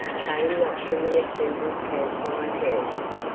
came not from the assembled camp fire girls,